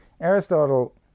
Aristotle